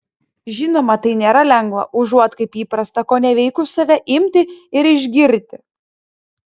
žinoma tai nėra lengva užuot kaip įprasta koneveikus save imti ir išgirti